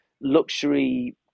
luxury